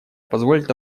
позволит